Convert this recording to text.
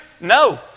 No